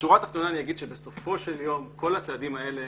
בשורה התחתונה אני אומר שבסופו של יום כל הצעדים האלה